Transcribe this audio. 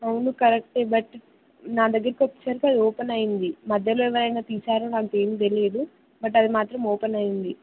అవును correct but నా దగ్గరికి వచ్చేసరికి అది ఓపెన్ అయి ఉంది మధ్యలో ఎవరైనా తీసారో నాకు ఏం తెలియదు బట్ అది మాత్రం ఓపెన్ అయి ఉంది